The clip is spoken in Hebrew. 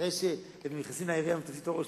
אחרי שהם נכנסים לעירייה הם תופסים את הראש,